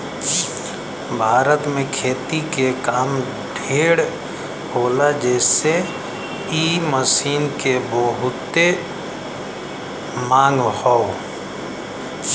भारत में खेती के काम ढेर होला जेसे इ मशीन के बहुते मांग हौ